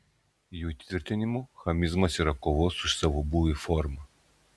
jų tvirtinimu chamizmas yra kovos už savo būvį forma